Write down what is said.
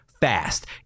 fast